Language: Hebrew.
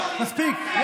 מספיק.